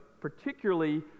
particularly